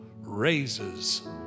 raises